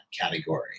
category